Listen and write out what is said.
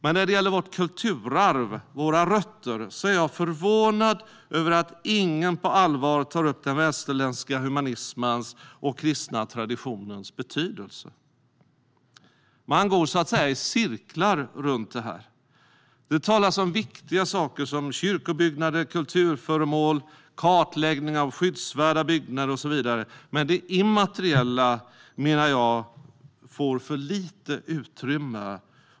Men när det gäller vårt kulturarv, våra rötter, är jag förvånad över att ingen på allvar tar upp den västerländska humanismens och kristna traditionens betydelse. Man går så att säga i cirklar runt detta. Det talas om viktiga saker som kyrkobyggnader, kulturföremål, kartläggning av skyddsvärda byggnader och så vidare. Men jag menar att det immateriella får för lite utrymme.